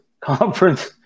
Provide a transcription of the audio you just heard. conference